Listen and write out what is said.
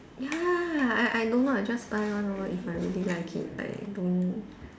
ya I I don't know I just buy one lor if I really like it I don't